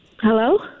Hello